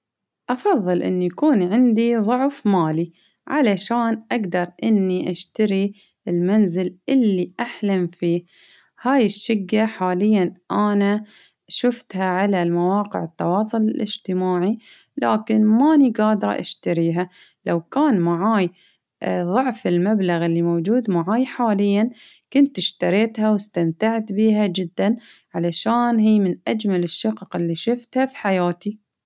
أفظل أن يكون عندي ظعف مالي، علشان أقدر إني أشتري المنزل اللي أحلم فيه، ن هاي الشقة حاليا أنا شفتها على مواقع التواصل الإجتماعي، لكن ماني جادرة أشتريها، لو كان معاي ظعف المبلغ اللي موجود معاي حاليا كنت إشتريتها ،وإستمتعت بيها جدا، علشان هي من أجمل الشقق اللي شفتها في حياتي.